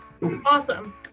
awesome